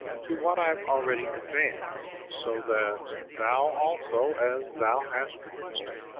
to what i have already advanced so that thou also, as thou hast requested,